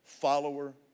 follower